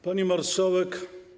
Pani Marszałek!